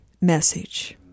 message